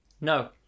No